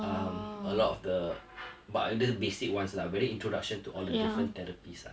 um a lot of the but uh just basic ones lah very introduction to all the different therapies lah